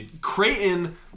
Creighton